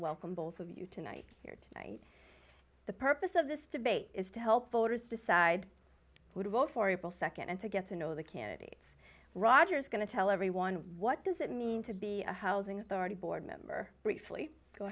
welcome both of you tonight here tonight the purpose of this debate is to help voters decide who to vote for people nd and to get to know the candidates roger is going to tell everyone what does it mean to be a housing authority board member briefly go